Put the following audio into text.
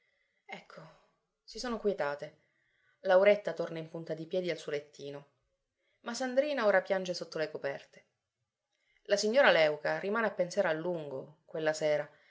ecco si sono quietate lauretta torna in punta di piedi al suo lettino ma sandrina ora piange sotto le coperte la signora léuca rimane a pensare a lungo quella sera